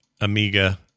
Amiga